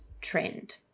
trend